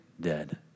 dead